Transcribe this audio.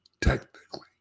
technically